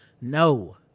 no